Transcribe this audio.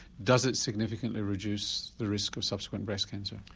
does it significantly reduce the risk of subsequent breast cancer?